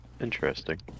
interesting